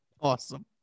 Awesome